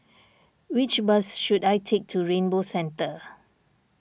which bus should I take to Rainbow Centre